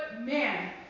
man